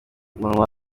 munwa